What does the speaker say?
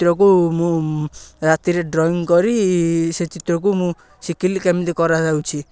ଚିତ୍ରକୁ ମୁଁ ରାତିରେ ଡ୍ରଇଂ କରି ସେ ଚିତ୍ରକୁ ମୁଁ ଶିଖିଲି କେମିତି କରାଯାଉଛି